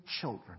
children